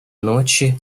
ночи